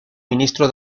ministro